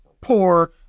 poor